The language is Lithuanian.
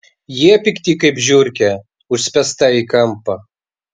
jie pikti kaip žiurkė užspęsta į kampą